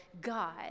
God